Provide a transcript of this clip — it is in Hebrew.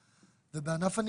שמועסק 5 ימים בשבוע (באחוזים/שקלים חדשים) ערך שעה